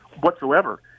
whatsoever